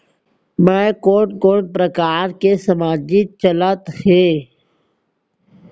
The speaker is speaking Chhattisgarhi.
मैं कोन कोन प्रकार के सामाजिक चलत हे?